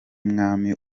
mwami